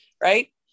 Right